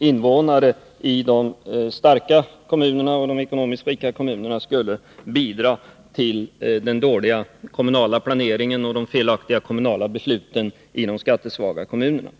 invånare i de starka och ekonomiskt rika kommunerna skulle bidra till den dåliga kommunala planeringen och de felaktiga kommunala besluten i de skattesvaga kommunerna.